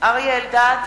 בהצבעה אריה אלדד,